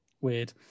Weird